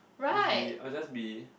that's be I will just be